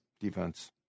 Defense